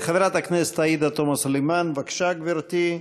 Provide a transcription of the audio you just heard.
חברת הכנסת עאידה תומא סלימאן, בבקשה, גברתי.